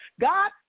God